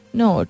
no